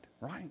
right